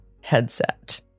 headset